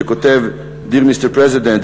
שכותב:"Dear Mister President,